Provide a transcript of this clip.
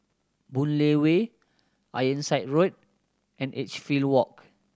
Boon Lay Way Ironside Road and Edgefield Walk